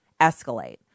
escalate